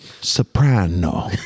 Soprano